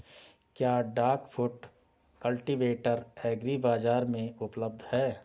क्या duck foot cultivator agri बाज़ार में उपलब्ध है?